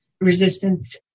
resistance